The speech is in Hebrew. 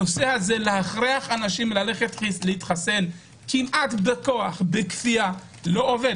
להכריח אנשים להתחסן כמעט בכוח, בכפייה - לא עובד.